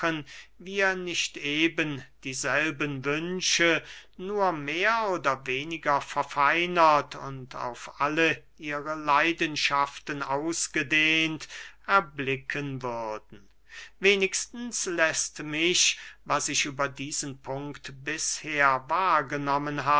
wir nicht eben dieselben wünsche nur mehr oder weniger verfeinert und auf alle ihre leidenschaften ausgedehnt erblicken würden wenigstens läßt mich was ich über diesen punkt bisher wahrgenommen